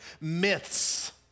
myths